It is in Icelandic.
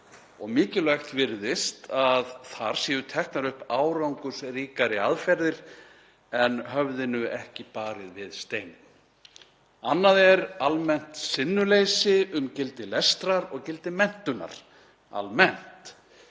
og mikilvægt virðist að þar séu teknar upp árangursríkari aðferðir en höfðinu ekki barið við steininn. Annað er almennt sinnuleysi um gildi lestrar og gildi menntunar almennt.